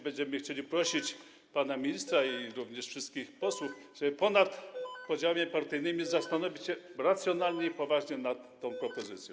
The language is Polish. Będziemy chcieli prosić pana ministra, jak również wszystkich posłów, żeby ponad podziałami partyjnymi zastanowili się racjonalnie i poważnie nad tą propozycją.